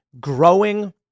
growing